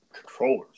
controllers